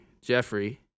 Jeffrey